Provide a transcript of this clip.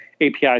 APIs